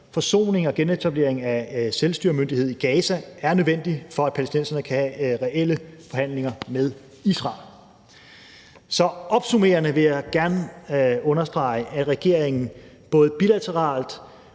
Forsoning og genetablering af selvstyremyndighed i Gaza er nødvendigt, for at palæstinenserne kan have reelle forhandlinger med Israel. Kl. 15:05 Så opsummerende vil jeg gerne understrege, at regeringen både bilateralt